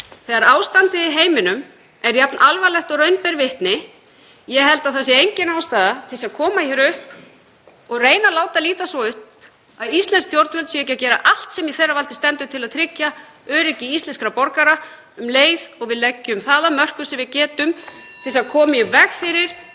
þegar ástandið í heiminum er jafn alvarlegt og raun ber vitni. Ég held að engin ástæða sé til að koma hér upp og reyna að láta líta svo út að íslensk stjórnvöld séu ekki að gera allt sem í þeirra valdi stendur til að tryggja öryggi íslenskra borgara um leið og við leggjum það af mörkum sem við getum til að koma í veg fyrir